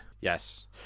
Yes